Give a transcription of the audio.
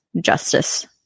justice